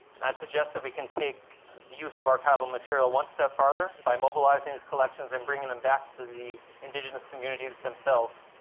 and i'd suggest that we can take the use of archival material one step farther by mobilizing these collections and bringing them back to the indigenous communities themselves,